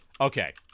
okay